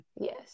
Yes